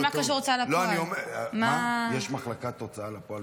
מה קשורה לשכת עורכי הדין